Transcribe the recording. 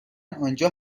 آنجا